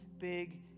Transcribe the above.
big